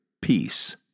peace